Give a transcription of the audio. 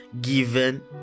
given